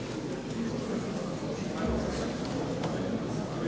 Hvala vam